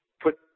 put